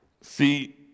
See